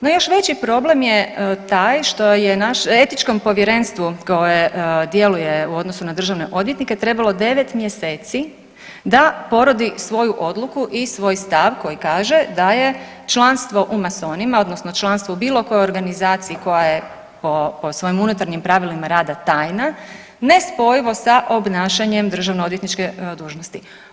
No još veći problem je taj što je naš, etičkom povjerenstvu koje djeluje u odnosu na državne odvjetnike trebalo 9 mjeseci da porodi svoju odluku i svoj stav koji kaže da je članstvo u masonima odnosno članstvo u bilo kojoj organizaciji koja je po svojim unutarnjim pravilima rada tajna, nespojivo sa obnašanjem državno odvjetničke dužnosti.